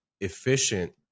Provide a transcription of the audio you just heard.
efficient